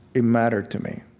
it mattered to me.